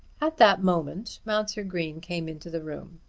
at that moment mounser green came into the room.